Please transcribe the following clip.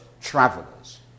travelers